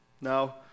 Now